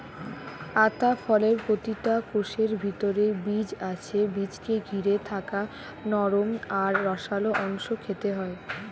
আতা ফলের প্রতিটা কোষের ভিতরে বীজ আছে বীজকে ঘিরে থাকা নরম আর রসালো অংশ খেতে হয়